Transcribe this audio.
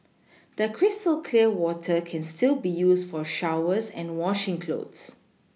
the crystal clear water can still be used for showers and washing clothes